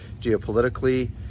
geopolitically